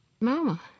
Mama